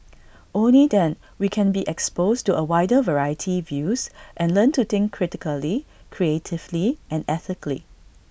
only them we can be exposed to A wider variety views and learn to think critically creatively and ethically